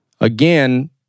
Again